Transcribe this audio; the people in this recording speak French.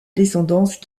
descendance